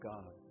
God